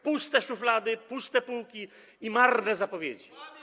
Puste szuflady, puste półki i marne zapowiedzi.